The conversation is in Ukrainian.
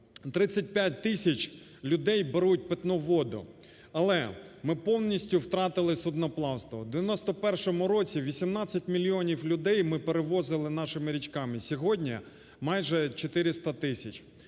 35 тисяч людей беруть питну воду. Але ми повністю втратили судноплавство. В 1991 році 18 мільйонів людей ми перевозили нашими річками, сьогодні майже 400 тисяч.